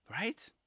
Right